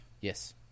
Yes